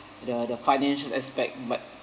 the the financial aspect but